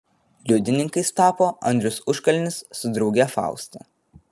liudininkais tapo andrius užkalnis su drauge fausta